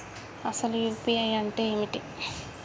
అసలు యూ.పీ.ఐ అంటే ఏమిటి?